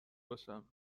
باشم